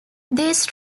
these